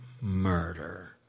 murder